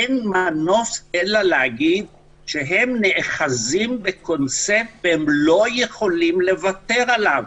אין מנוס אלא להגיד שהם נאחזים בקונספט והם לא יכולים לוותר עליו.